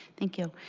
thank you.